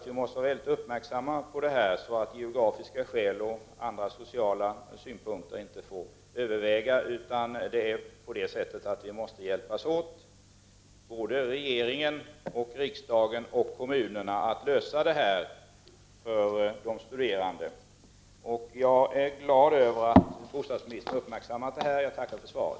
Vi måste vara uppmärksamma på detta så att inte geografiska skäl och andra sociala villkor får överväga. Regeringen, riksdagen och kommunerna måste hjälpas åt för att lösa detta problem för de studerande. Jag är glad över att bostadsministern uppmärksammat detta och jag tackar för svaret.